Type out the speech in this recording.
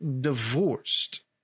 divorced